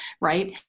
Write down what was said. right